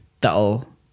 That'll